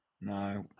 No